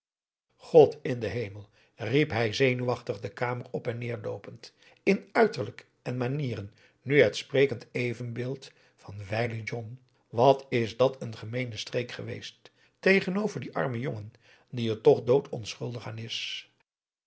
god in den hemel riep hij zenuwachtig de kamer op en neer loopend in uiterlijk en manieren nu het sprekend evenbeeld van wijlen john wat is dat n gemeene streek geweest tegenover dien armen jongen die er toch dood onschuldig aan is